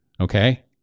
Okay